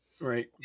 Right